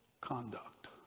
conduct